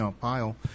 pile